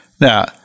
Now